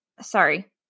sorry